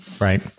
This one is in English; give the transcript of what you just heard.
Right